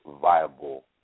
viable